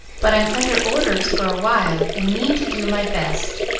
but i'm under orders for a while, and mean to do my best.